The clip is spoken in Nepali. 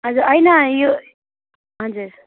हजुर होइन यो हजुर